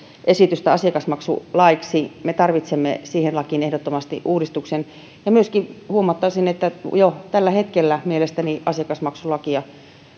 esitystä asiakasmaksulaiksi me tarvitsemme siihen lakiin ehdottomasti uudistuksen huomauttaisin myöskin että jo tällä hetkellä mielestäni asiakasmaksulakia